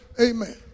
Amen